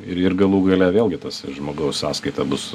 ir ir galų gale vėlgi tas žmogaus sąskaita bus